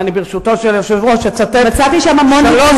וברשותו של היושב-ראש אצטט שלוש